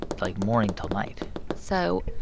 like, morning till night so,